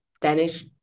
Danish